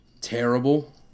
terrible